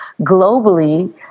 globally